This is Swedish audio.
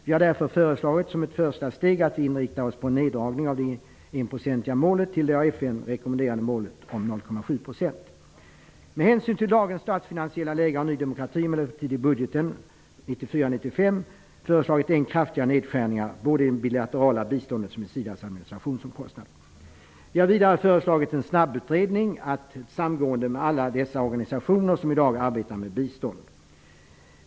Vi har därför föreslagit att vi som ett första steg skall inrikta oss på neddragning av det enprocentiga målet till det av FN rekommenderade målet 0,7 %. Med hänsyn till dagens statsfinansiella läge har Ny demokrati emellertid i budgeten 1994/95 föreslagit än kraftigare nedskärningar både i det bilaterala biståndet och i SIDA:s administrationskostnader. Vi har vidare föreslagit en snabbutredning av ett samgående mellan alla de organisationer som i dag arbetar med bistånd.